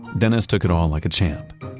dennis took it all like a champ.